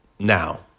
Now